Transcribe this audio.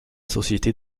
société